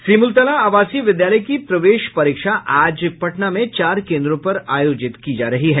सिमुलतला आवासीय विद्यालय की प्रवेश परीक्षा आज पटना में चार केन्द्रों पर आयोजित की जायेगी